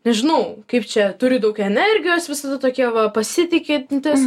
nežinau kaip čia turi daug energijos visada tokie va pasitikintys